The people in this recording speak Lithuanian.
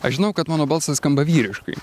aš žinau kad mano balsas skamba vyriškai